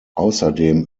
außerdem